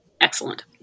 excellent